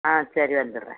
ஆ சரி வந்துடுறேன்